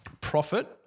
profit